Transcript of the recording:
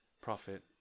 prophet